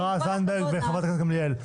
השרה זנדברג, חברת הכנסת גמליאל.